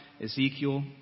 Ezekiel